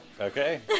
Okay